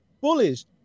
bullies